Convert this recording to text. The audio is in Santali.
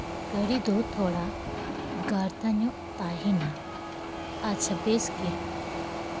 ᱠᱟᱹᱨᱤ ᱫᱚ ᱛᱷᱚᱲᱟ ᱜᱟᱲᱫᱟ ᱧᱚᱜ ᱛᱟᱦᱮᱱᱟ ᱟᱪᱪᱷᱟ ᱵᱮᱥ ᱜᱮ